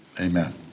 amen